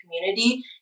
community